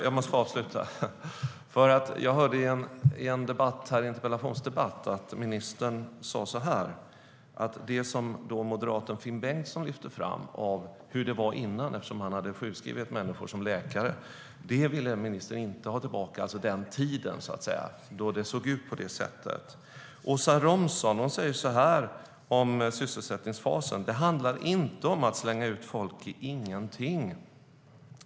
Åsa Romson har om sysselsättningsfasen sagt att det inte handlar om att slänga ut folk i ingenting.